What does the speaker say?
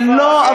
לא.